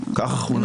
לא,